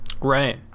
right